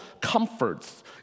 comforts